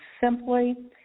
simply